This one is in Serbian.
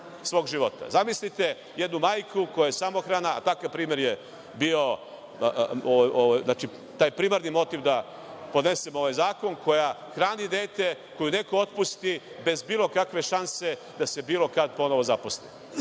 života. Zamislite jednu majku koja je samohrana, a takav primer je bio primarni motiv da podnesem ovaj zakon, koja hrani dete, koju neko otpusti bez bilo kakve šanse da se bilo kad ponovo